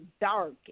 dark